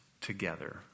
together